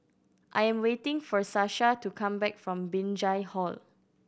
I am waiting for Sasha to come back from Binjai Hill